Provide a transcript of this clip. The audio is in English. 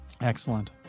Excellent